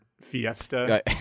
fiesta